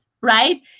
right